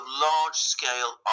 large-scale